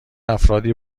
افرادی